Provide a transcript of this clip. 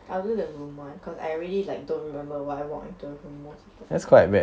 I will do the room [one] because I really like don't remember why I walk into the room most of the times